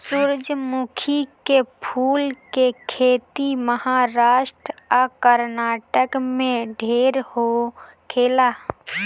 सूरजमुखी के फूल के खेती महाराष्ट्र आ कर्नाटक में ढेर होखेला